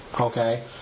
okay